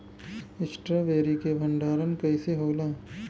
Strawberry के भंडारन कइसे होला?